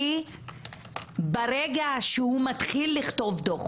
כי ברגע שהוא מתחיל לכתוב דוח,